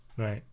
right